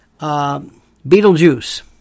Beetlejuice